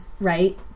right